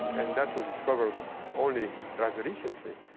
and that was discovered only rather recently,